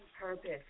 purpose